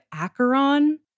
Acheron